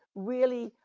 really,